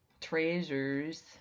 Treasures